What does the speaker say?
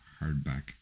hardback